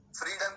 freedom